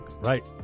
Right